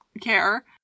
care